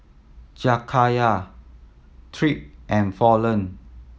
Jakayla Tripp and Fallon